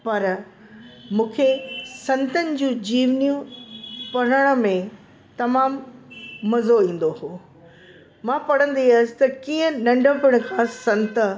पर मूंखे संतनि जूं जीवनियूं पढ़नि में तमामु मज़ो इंदो हो मां पढ़ंदी हुयसि त कीअं नंढपणु खां संत